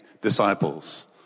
disciples